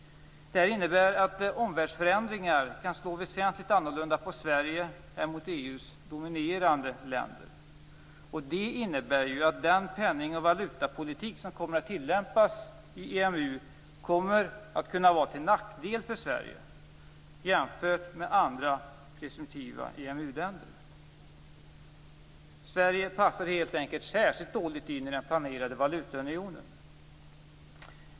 Omvärldsförändringarna kan då slå väsentligt annorlunda mot Sverige än mot EU:s dominerande länder. Det innebär att den penning och valutapolitik som kommer att tillämpas i EMU kan bli till nackdel för Sverige jämfört med andra presumtiva EMU-länder. Sverige passar helt enkelt särskilt dåligt in i den planerade valutaunionen.